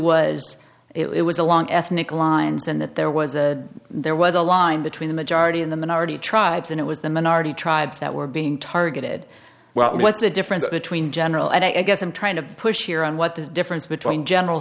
was it was along ethnic lines and that there was a there was a line between the majority of the minority tribes and it was the minority tribes that were being targeted well what's the difference between general and i guess i'm trying to push here on what this difference between general